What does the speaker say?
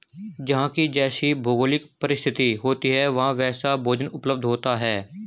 जहां की जैसी भौगोलिक परिस्थिति होती है वहां वैसा भोजन उपलब्ध होता है